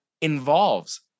involves